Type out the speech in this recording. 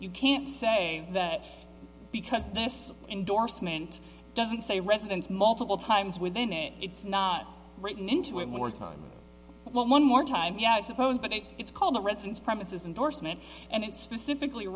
you can't say that because this endorsement doesn't say residence multiple times within it it's not written into it more time one more time yeah i suppose but it's called a residence premises indorsement and it specifically